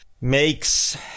makes